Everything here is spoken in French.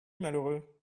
malheureux